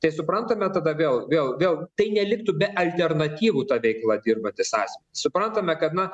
tai suprantame tada vėl vėl vėl tai neliktų be alternatyvų ta veikla dirbantys asmenys suprantame kad na